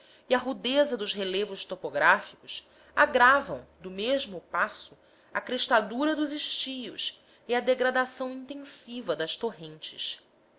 e a rudeza dos relevos topográficos agravam do mesmo passo a crestadura dos estios e a degradação intensiva das torrentes